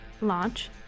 Launch